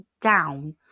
down